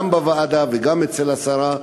גם בוועדה וגם אצל השרה,